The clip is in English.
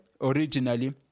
originally